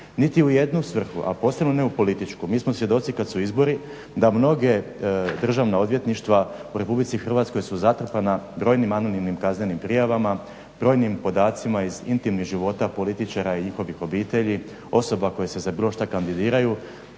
Niti u jednu svrhu a posebno ne u političku. Mi smo svjedoci kada su izbori da mnoga državna odvjetništva u Republici Hrvatskoj su zatrpana brojnim anonimnim kaznenim prijavama, brojnim podacima iz intimnih života političara i njihovih obitelji, osoba koje se za bilo šta kandidiraju,